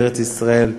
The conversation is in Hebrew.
בארץ-ישראל,